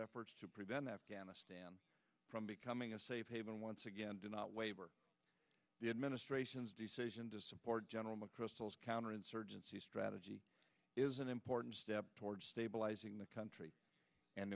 efforts to prevent afghanistan from becoming a safe haven once again do not waver the administration's decision to support general mcchrystal counterinsurgency strategy is an important step toward stabilizing the country and